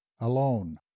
alone